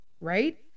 right